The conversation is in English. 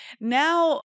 Now